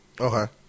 Okay